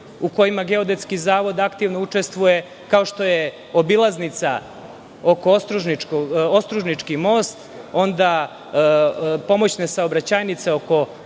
u kojima Geodetski zavod aktivno učestvuje, kao što je obilaznica Ostružnički most, onda pomoćne saobraćajnice oko mosta